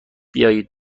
بیایید